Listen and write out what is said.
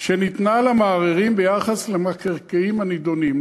שניתנה למערערים ביחס למקרקעין הנדונים".